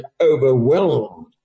overwhelmed